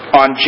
on